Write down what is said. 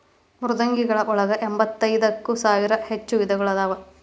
ಮೃದ್ವಂಗಿಗಳ ಒಳಗ ಎಂಬತ್ತೈದ ಸಾವಿರಕ್ಕೂ ಹೆಚ್ಚ ವಿಧಗಳು ಅದಾವ